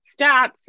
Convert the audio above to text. stats